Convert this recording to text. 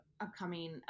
upcoming